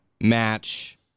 match